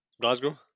Glasgow